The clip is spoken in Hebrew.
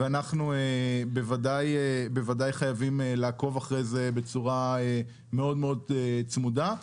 ואנחנו בוודאי חייבים לעקוב אחרי זה בצורה מאוד צמודה.